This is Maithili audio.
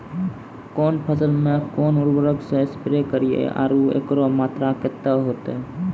कौन फसल मे कोन उर्वरक से स्प्रे करिये आरु एकरो मात्रा कत्ते होते?